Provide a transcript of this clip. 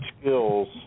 skills